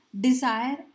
Desire